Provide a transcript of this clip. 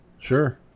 sure